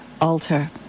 Alter